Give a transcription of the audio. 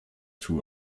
two